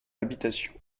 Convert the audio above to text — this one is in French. l’habitation